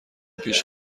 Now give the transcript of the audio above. پیش